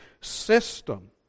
system